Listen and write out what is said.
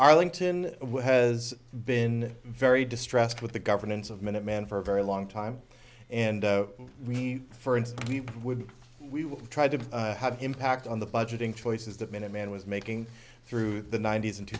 arlington has been very distressed with the governance of minute man for a very long time and we for instance we would we will try to have impact on the budgeting choices that minuteman was making through the ninety's in two